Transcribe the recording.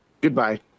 Goodbye